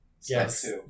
Yes